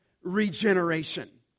regeneration